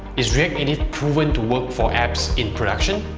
is react native proven to work for apps in production?